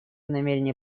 намерение